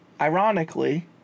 ironically